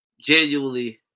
genuinely